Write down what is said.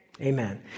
Amen